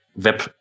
Web